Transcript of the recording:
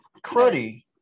Cruddy